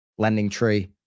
LendingTree